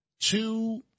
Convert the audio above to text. two